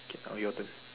okay now your turn